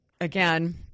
again